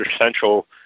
central